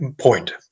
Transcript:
point